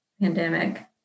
pandemic